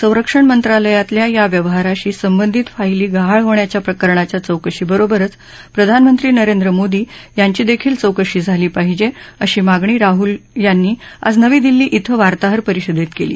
संरक्षण मंत्रालयातल्या या व्यवहाराशी संबंधित फाईली गहाळ होण्याच्या प्रकरणाच्या चौकशीबरोबरच प्रधानमंत्री नरेंद्र मोदी यांची देखील चौकशी झाली पाहिजे अशी मागणी राहूल यांनी आज नवी दिल्ली क्वें वार्ताहर परिषदेत केली